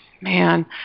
man